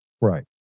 Right